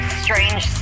strange